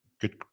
good